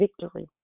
victory